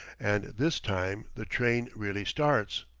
and this time the train really starts.